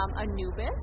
Anubis